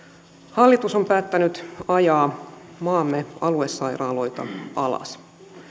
hallitus on päättänyt ajaa maamme aluesairaaloita alas